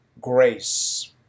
grace